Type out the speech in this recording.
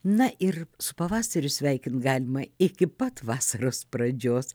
na ir su pavasariu sveikint galima iki pat vasaros pradžios